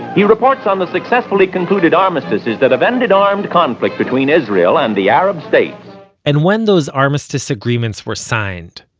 he reports on the successfully concluded armistices that have ended armed conflict between israel and the arab states and when those armistice agreements were signed,